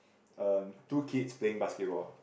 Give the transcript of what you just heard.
um two kids playing basketball